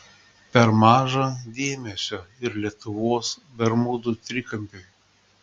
per maža dėmesio ir lietuvos bermudų trikampiui